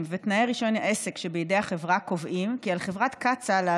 קדושת הכלכלה וקדושת השמיים הפתוחים וקדושת אי- הטלת הגבלות